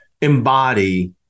embody